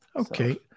Okay